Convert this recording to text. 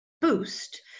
boost